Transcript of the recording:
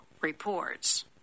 reports